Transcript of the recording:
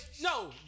No